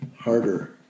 harder